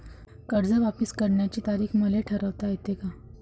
कर्ज वापिस करण्याची तारीख मले ठरवता येते का?